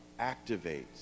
activates